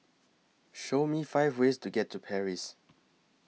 Show Me five ways to get to Paris